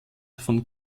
von